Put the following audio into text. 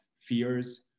fears